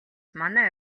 манай